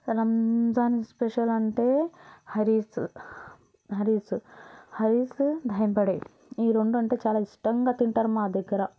Ramzan special అంటే హలీం హలీం హలీం బెహమ్ బడే ఈ రెండు అంటే చాలా ఇష్టంగా తింటారు మా దగ్గర